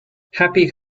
happy